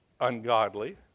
ungodly